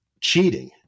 cheating